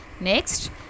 Next